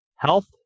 Health